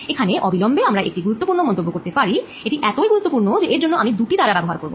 এখানে অবিলম্বে আমরা একটি গুরুত্বপূর্ণ মন্তব্য করতে পারি এটি এতই গুরুত্বপূর্ণ যে এর জন্য আমি দুটি তারা ব্যবহার করব